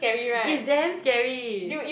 it's damn scary